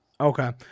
Okay